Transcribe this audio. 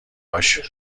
باشه